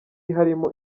harimo